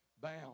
Bound